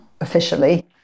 officially